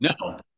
No